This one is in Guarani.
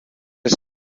che